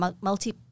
multi